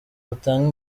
rutanga